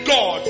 God